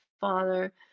father